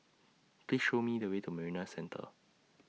Please Show Me The Way to Marina Centre